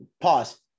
pause